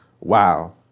wow